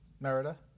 Merida